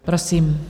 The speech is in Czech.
Prosím.